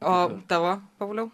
o tavo pauliau